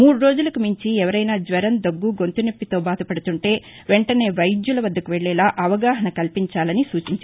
మూడు రోజులకు మించి ఎవరైనా జ్వరం దగ్గు గొంతు నొప్పితో బాధపడుతుంటే వెంటనే వైద్యుల వద్దకు వెళ్లేలా అవగాహన కల్పించాలని సూచించారు